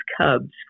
cubs